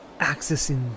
accessing